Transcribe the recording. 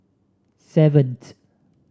seventh